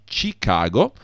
chicago